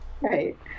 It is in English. right